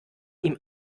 ihm